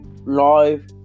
live